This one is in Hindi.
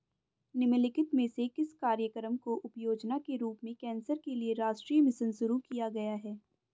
निम्नलिखित में से किस कार्यक्रम को उपयोजना के रूप में कैंसर के लिए राष्ट्रीय मिशन शुरू किया गया है?